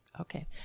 Okay